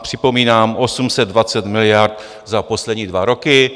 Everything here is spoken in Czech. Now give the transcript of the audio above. Připomínám 820 miliard za poslední dva roky.